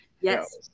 Yes